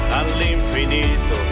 all'infinito